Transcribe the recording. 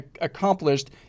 accomplished